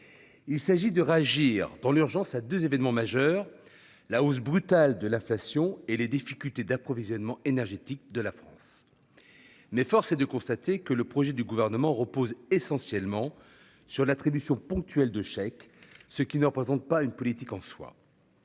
Il s'agit de réagir dans l'urgence à deux événements majeurs : la hausse brutale de l'inflation et les difficultés d'approvisionnement énergétique de la France. Mais, force est de le constater, le projet du Gouvernement repose essentiellement sur l'attribution ponctuelle de chèques, ce qui ne représente pas une politique en soi.